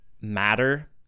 matter